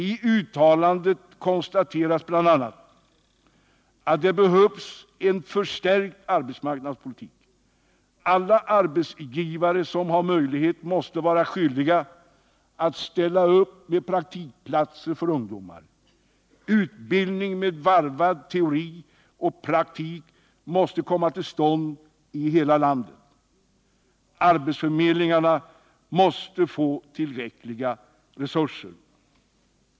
I uttalandet konstateras bl.a. att det behövs en förstärkt arbetsmarknadspolitik. Alla arbetsgivare som har möjlighet måste vara skyldiga att ställa upp med praktikplatser för ungdomar. Utbildning med varvad teori och praktik måste komma till stånd i hela landet. Arbetsförmedlingarna måste få tillräckliga resurser.